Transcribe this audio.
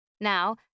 Now